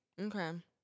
Okay